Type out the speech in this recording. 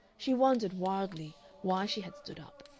she wondered wildly why she had stood up.